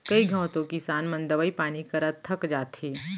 कई घंव तो किसान मन दवई पानी करत थक जाथें